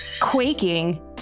quaking